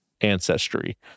ancestry